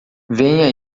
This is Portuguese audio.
venha